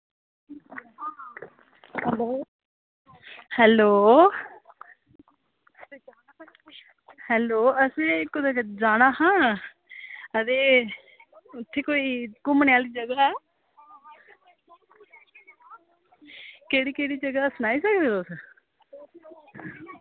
hello hello असें कुदै जाना हा ते उत्थें कोई घुम्मनै आह्ली जगह ऐ केह्ड़ी केह्ड़ी जगह सनाई सकदे तुस